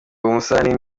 musarani